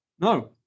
No